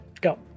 Go